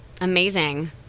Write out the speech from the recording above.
amazing